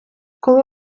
коли